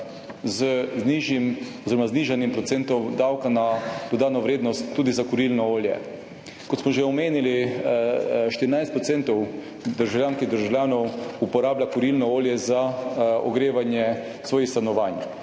z nižanjem procentov davka na dodano vrednost tudi za kurilno olje. Kot smo že omenili, 14 % državljank in državljanov uporablja kurilno olje za ogrevanje svojih stanovanj.